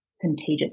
contagious